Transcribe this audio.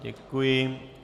Děkuji.